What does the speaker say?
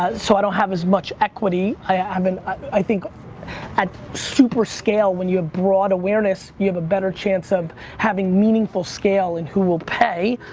so i don't have as much equity. i mean i think at super scale, when you have broad awareness, you have a better chance of having meaningful scale and who will pay.